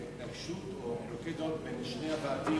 התנגשות או חילוקי דעות בין שני הוועדים,